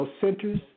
centers